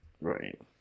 Right